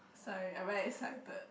sorry I very excited